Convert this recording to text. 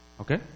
okay